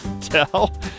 tell